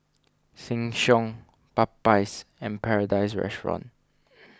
Sheng Siong Popeyes and Paradise Restaurant